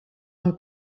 amb